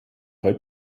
heute